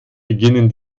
beginnen